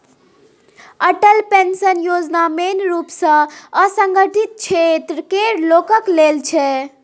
Atal pension Yojana मेन रुप सँ असंगठित क्षेत्र केर लोकक लेल छै